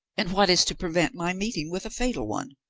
and what is to prevent my meeting with a fatal one?